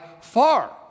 far